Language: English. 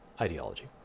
ideology